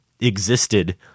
existed